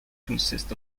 consists